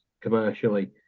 commercially